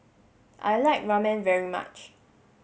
I like Ramen very much